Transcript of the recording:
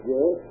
Yes